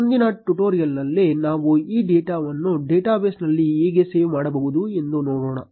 ಮುಂದಿನ ಟ್ಯುಟೋರಿಯಲ್ ನಲ್ಲಿ ನಾವು ಈ ಡೇಟಾವನ್ನು ಡೇಟಾಬೇಸ್ನಲ್ಲಿ ಹೇಗೆ ಸೇವ್ ಮಾಡಬಹುದು ಎಂದು ನೋಡೋಣ